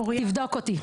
תבדוק אותי.